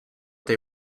they